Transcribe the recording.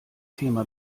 thema